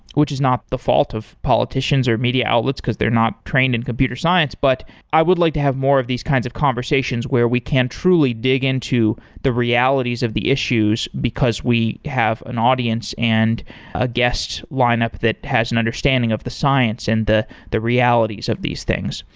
which is not the fault of politicians or media outlets because they're not trained in computer science, but i would like to have more of these kinds of conversations conversations where we can truly dig into the realities of the issues, because we have an audience and a guest lineup that has an understanding of the science and the the realities of these things.